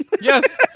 Yes